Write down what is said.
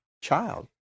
child